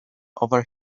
over